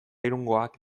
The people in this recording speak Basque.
irungoak